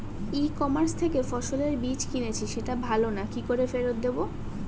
ই commerce থেকে ফসলের বীজ কিনেছি সেটা ভালো না কি করে ফেরত দেব?